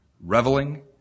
reveling